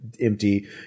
Empty